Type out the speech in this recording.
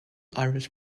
irish